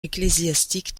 ecclésiastique